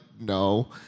no